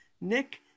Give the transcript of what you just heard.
Nick